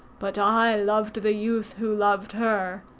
but i loved the youth who loved her.